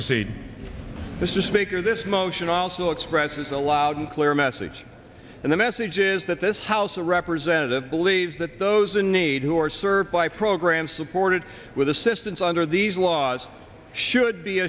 proceed this is speaker this motion also expresses a loud and clear message and the message is that this house of representatives believes that those in need who are served by programs supported with assistance under these laws should be